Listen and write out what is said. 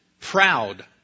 proud